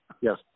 Yes